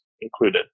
included